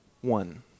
one